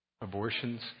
Abortions